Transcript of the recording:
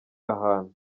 ahantu